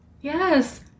yes